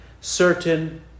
certain